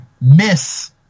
miss